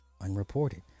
unreported